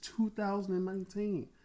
2019